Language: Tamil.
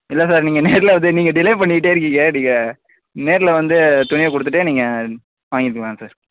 இல்லை சார் நீங்கள் நேரில் நீங்கள் டிலே பண்ணிட்டே இருக்கிங்க நீங்கள் நேரில் வந்து துணியை கொடுத்துட்டு நீங்கள் வாங்கிக்கிக்லாம் சார்